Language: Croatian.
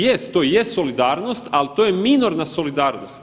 Jest, to je solidarnost, al to je minorna solidarnost.